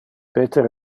peter